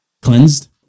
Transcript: Cleansed